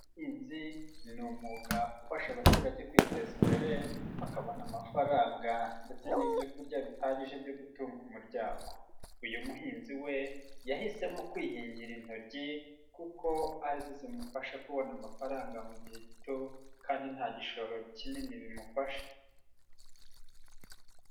Ubuhinzi ni umwuga ufasha abaturage kwiteza imbere bakabona amafaranga ndetse n'ibyo kurya bihagije byo gutunga umuryango, uyu muhinzi we yahisemo kwihingira intoryi kuko ari zo zimufasha kubona amafaranga mu gihe gito kandi nta gishoro kinini bimufashe.